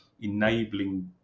enabling